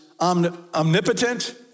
omnipotent